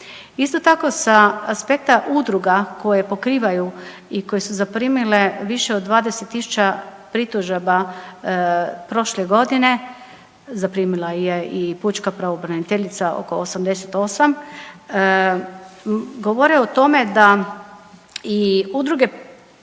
Isto tako sa aspekta udruga koje pokrivaju i koje su zaprimile više od 20.000 pritužaba prošle godine, zaprimila je i pučka pravobraniteljica oko 88, govore o tome da i udruge